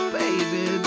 baby